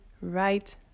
right